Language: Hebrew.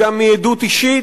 אלא גם מעדות אישית,